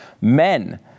Men